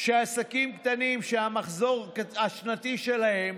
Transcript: שעסקים קטנים שהמחזור השנתי שלהם